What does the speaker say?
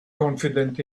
confident